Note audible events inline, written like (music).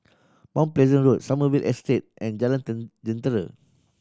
Mount Pleasant Road Sommerville Estate and Jalan (unintelligible) Jentera